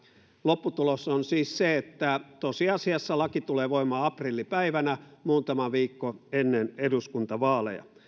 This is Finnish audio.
lopputulos on siis se että tosiasiassa laki tulee voimaan aprillipäivänä muutama viikko ennen eduskuntavaaleja